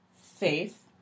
faith